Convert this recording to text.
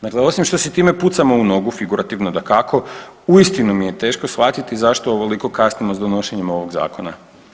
Dakle, osim što si time pucamo u nogu figurativno dakako uistinu mi je teško shvatiti zašto ovoliko kasnimo s donošenjem ovog zakona.